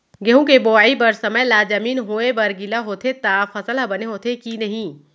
गेहूँ के बोआई बर समय ला जमीन होये बर गिला होथे त फसल ह बने होथे की नही?